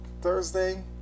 Thursday